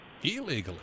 illegally